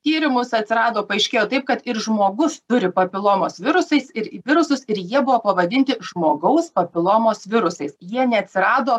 tyrimus atsirado paaiškėjo taip kad ir žmogus turi papilomos virusais ir virusus ir jie buvo pavadinti žmogaus papilomos virusais jie neatsirado